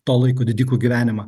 to laiko didikų gyvenimą